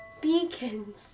Beacons